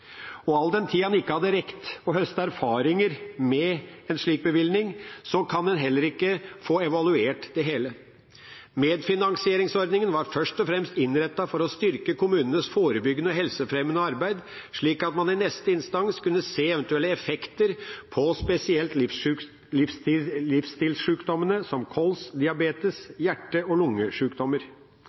Og all den tid en ikke hadde rukket å høste erfaringer med en slik bevilgning, kan en heller ikke få evaluert det hele. Medfinansieringsordningen var først og fremst innrettet for å styrke kommunenes forebyggende og helsefremmende arbeid, slik at man i neste instans kunne se eventuelle effekter på spesielt livsstilsjukdommene, som KOLS, diabetes, hjerte- og